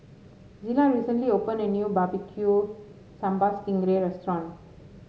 Zillah recently opened a new barbecu Sambal Sting Ray restaurant